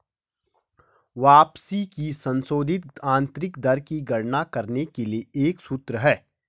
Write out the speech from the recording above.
वापसी की संशोधित आंतरिक दर की गणना करने के लिए एक सूत्र है